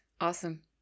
Awesome